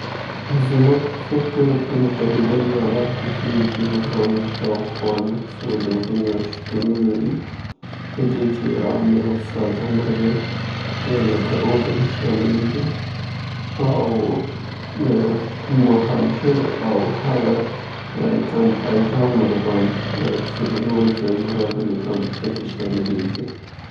مرغان مختلف انواوې شتون لري څې شاوخوا دا کیدای سي له پنځه سوه نه تر اووه سوه مختلف ډولونه وجود پکې ولري، ځې دې کې مهاجره مرغان هم شاملیږي او کیدای سي لدېنه زیات وي.